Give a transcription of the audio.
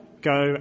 Go